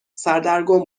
سردرگم